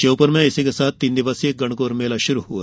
श्योपुर में इसी के साथ तीन दिवसीय गणगोर मेला षुरू हुआ